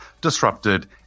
disrupted